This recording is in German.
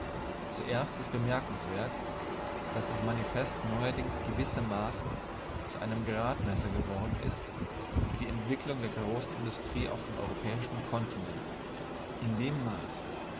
zuerst ist bemerkenswert daß das manifest neuerdings gewissermaßen zu einem gradmesser geworden ist für die entwicklung der großen industrie auf dem europäischen kontinent in dem maß